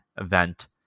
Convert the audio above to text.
event